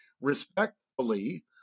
respectfully